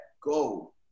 go